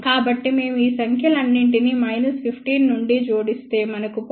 కాబట్టి మేము ఈ సంఖ్యలన్నింటినీ మైనస్ 15 నుండి జోడిస్తే మనకు 0